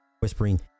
whispering